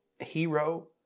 hero